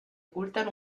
ocultan